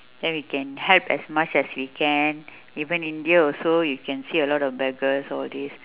then we can help as much as we can even india also you can see a lot of beggars all these